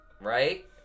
Right